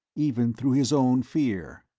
even through his own fear.